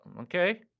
okay